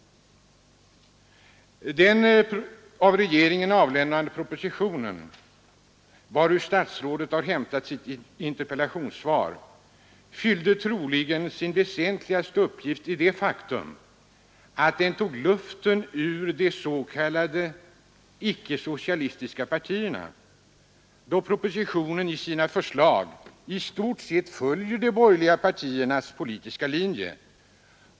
Regeringens proposition — ur vilken statsrådet har hämtat sitt interpellationssvar — fyllde troligen sin väsentligaste uppgift därigenom att den tog luften ur de s.k. icke-socialistiska partierna, eftersom propositionens förslag i stort sett följer de borgerliga partiernas politiska linje.